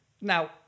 Now